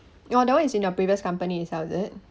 your that one is in your previous company itself is it